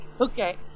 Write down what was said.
okay